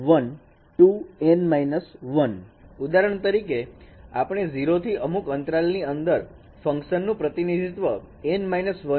N − 1 ઉદાહરણ તરીકે આપણે 0 થી અમુક અંતરાલ ની અંદર ફંકશનનું પ્રતિનિધિત્વ N 1 પર બતાવ્યા પ્રમાણે કરી શકીએ છીએ